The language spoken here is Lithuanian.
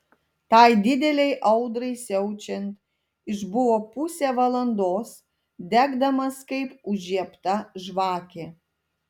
tai didelei audrai siaučiant išbuvo pusę valandos degdamas kaip užžiebta žvakė